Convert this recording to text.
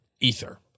ether